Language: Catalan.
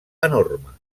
enorme